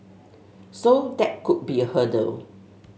so that could be a hurdle